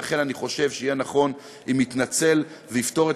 לכן אני חושב שיהיה נכון אם יתנצל ויפתור את